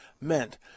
meant